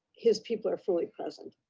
his people are fully present.